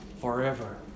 forever